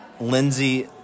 Lindsay